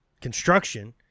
Construction